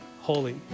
Holy